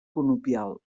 conopial